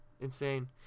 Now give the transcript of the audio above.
insane